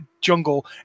jungle